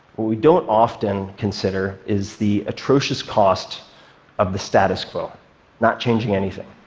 what we don't often consider is the atrocious cost of the status quo not changing anything.